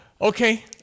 okay